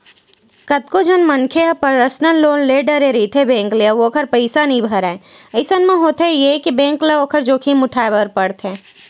कतको झन मनखे मन ह पर्सनल लोन ले डरथे रहिथे बेंक ले अउ ओखर पइसा नइ भरय अइसन म होथे ये के बेंक ल ओखर जोखिम उठाय बर पड़ जाथे